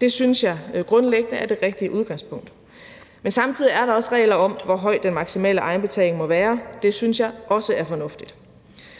Det synes jeg grundlæggende er det rigtige udgangspunkt. Men samtidig er der også regler for, hvor høj den maksimale egenbetaling må være. Det synes jeg også er fornuftigt.